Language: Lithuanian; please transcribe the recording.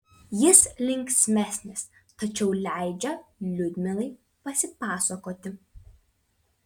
jis linksmesnis tačiau leidžia liudmilai pasipasakoti